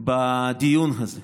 בדיון הזה.